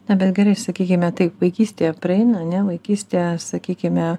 na bet gerai sakykime taip vaikystėje prieina ar ne vaikystėje sakykime